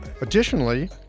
Additionally